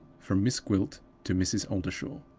from miss gwilt to mrs. oldershaw.